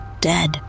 dead